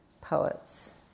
poets